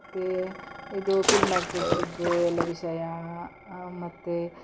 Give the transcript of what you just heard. ಮತ್ತು ಇದು ಫಿಲ್ಮ್ ಆ್ಯಕ್ಟರ್ಸಿದ್ದು ಎಲ್ಲ ವಿಷಯ ಮತ್ತು